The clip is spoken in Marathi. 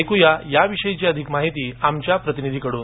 ऐकुया या विषयी अधिक माहिती आमच्या प्रतिनिधी कडून